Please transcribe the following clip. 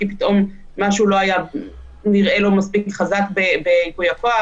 כי פתאום משהו לא היה נראה לו מספיק חזק בייפוי הכוח,